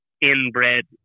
inbred